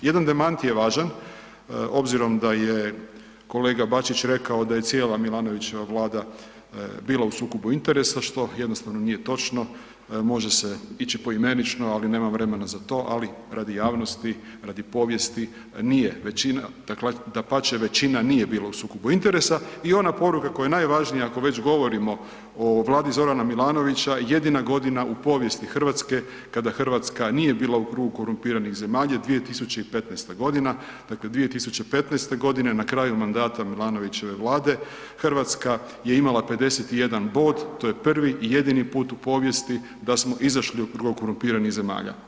Jedan demantij je važan obzirom da je kolega Bačić rekao da je cijela Milanovićeva Vlada bila u sukobu interesa što jednostavno nije točno, može se ići poimenično, ali nemam vremena za to, ali radi javnosti, radi povijesti, nije većina, dakle dapače, većina nije bila u sukobu interesa i ona poruka koja je najvažnija ako već govorimo o Vladi Z. Milanovića, jedina godina u povijesti Hrvatske kada Hrvatska nije bila u krugu korumpiranih zemalja je 2015. g., dakle 2015. g. na kraju mandata Milanovićeve Vlade, Hrvatska je imala 51 bod, to je prvi i jedini put u povijest da smo izašli od kruga korumpiranih zemalja.